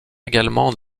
également